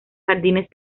jardines